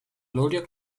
gloria